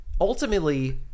ultimately